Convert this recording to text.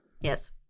yes